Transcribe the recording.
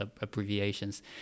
abbreviations